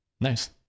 Nice